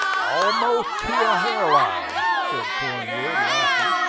almost to a hair line, said cornwood, laughing.